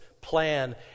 plan